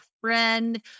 friend